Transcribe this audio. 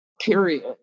period